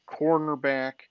cornerback